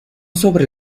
sobre